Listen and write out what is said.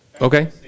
Okay